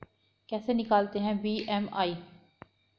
कैसे निकालते हैं बी.एम.आई?